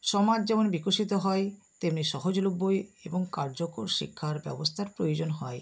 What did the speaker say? সমাজ যেমন বিকশিত হয় তেমনই সহজলভ্যই এবং কার্যকর শিক্ষার ব্যবস্থার প্রয়োজন হয়